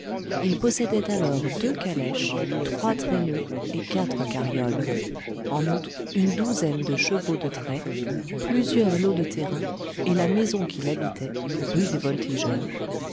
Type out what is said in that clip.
il possédait alors deux calèches trois traîneaux et quatre carrioles en outre une douzaine de chevaux de traits plusieurs lots de terrains et la maison qu'il habitait rue des voltigeurs